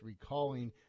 recalling